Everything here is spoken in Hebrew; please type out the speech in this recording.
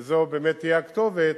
וזאת באמת תהיה הכתובת.